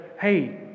Hey